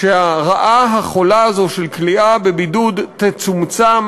שהרעה החולה הזאת של כליאה בבידוד תצומצם